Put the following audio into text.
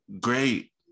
great